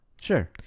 Sure